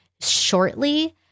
shortly